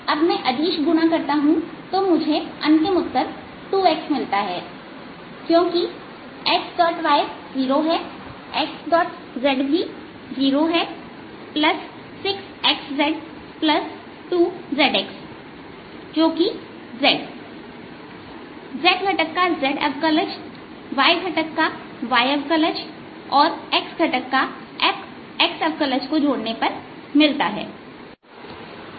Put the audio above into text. अब मैं अदिश गुणा करता हूं तो मुझे अंतिम उत्तर 2x मिलता है क्योंकि xy 0 हैं xz भी 0 हैं 6xz2zx जो कि z घटक का z अवकलज y घटक का y अवकलज और x घटक के x अवकलज को जोड़ने पर मिलता है